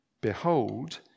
Behold